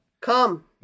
Come